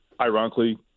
ironically